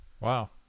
Wow